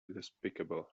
despicable